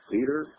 Peter